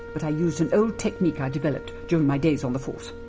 but i used an old technique i developed during my days on the force.